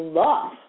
love